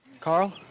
Carl